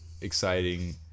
exciting